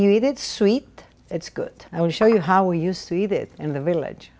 you needed sweet it's good i will show you how we used to eat it in the village